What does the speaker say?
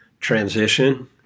transition